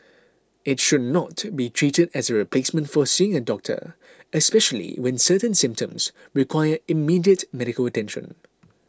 it should not be treated as a replacement for seeing a doctor especially when certain symptoms require immediate medical attention